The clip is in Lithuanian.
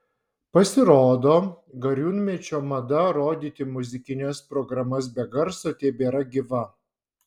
pasirodo gariūnmečio mada rodyti muzikines programas be garso tebėra gyva